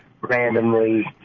randomly